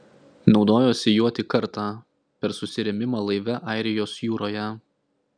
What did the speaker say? naudojosi juo tik kartą per susirėmimą laive airijos jūroje